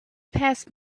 passed